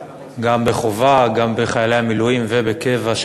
גם בחובה וגם את חיילי המילואים והקבע,